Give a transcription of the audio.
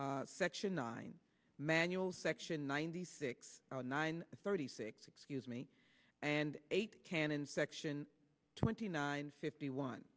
section nine manuals section ninety six nine thirty six excuse me and eight cannon section twenty nine fifty one